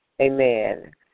Amen